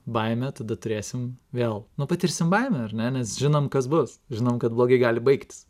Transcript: baimę tada turėsim vėl nu patirsim baimę ar ne nes žinom kas bus žinom kad blogi gali baigtis